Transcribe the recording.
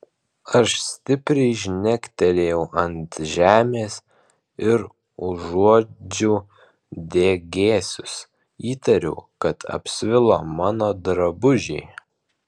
aš stipriai žnektelėjau ant žemės ir užuodžiau degėsius įtariau kad apsvilo mano drabužiai